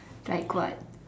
like what